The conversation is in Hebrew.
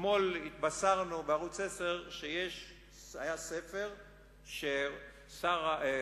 אתמול התבשרנו בערוץ-10 שהיה ספר שראש